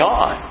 on